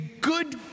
good